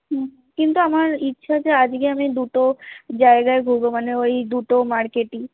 হুম কিন্তু আমার ইচ্ছা যে আজকে আমি দুটো জায়গায় ঘুরবো মানে ওই দুটো মার্কেটই